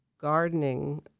gardening